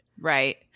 Right